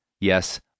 Yes